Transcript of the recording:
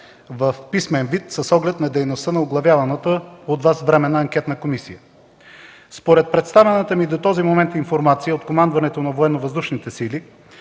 в писмен вид с оглед дейността на оглавяваната от Вас Временна анкетна комисия. Според представената ми до този момент информация от Командването на